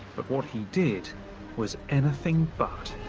but what he did was anything but.